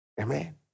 Amen